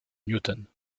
newton